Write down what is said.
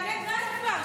חברת הכנסת בן ארי, די.